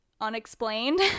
unexplained